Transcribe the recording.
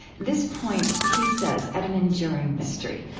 this points, he says, at an enduring mystery,